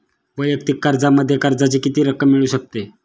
वैयक्तिक कर्जामध्ये कर्जाची किती रक्कम मिळू शकते?